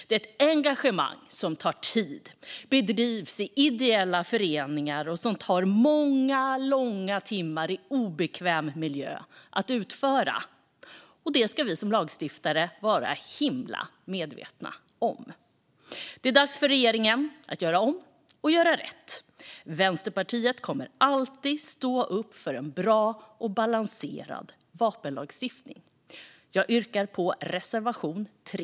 Det är ett engagemang som tar tid, och det bedrivs i ideella föreningar och tar många långa timmar i obekväm miljö att utföra. Det ska vi som lagstiftare vara himla medvetna om. Det är dags för regeringen att göra om och göra rätt. Vänsterpartiet kommer alltid att stå upp för en bra och balanserad vapenlagstiftning. Jag yrkar bifall till reservation 3.